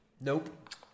Nope